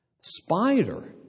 Spider